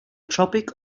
tropic